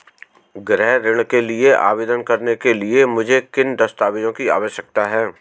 गृह ऋण के लिए आवेदन करने के लिए मुझे किन दस्तावेज़ों की आवश्यकता है?